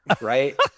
right